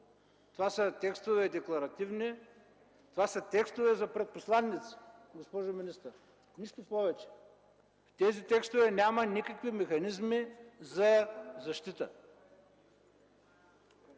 Това са текстове – декларативни. Това се текстове за пред посланиците, госпожо министър, нищо повече! В тези текстове няма никакви механизми за защита.